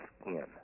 skin